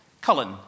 Colin